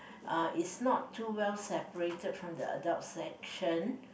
uh it's not too well separated from the adult section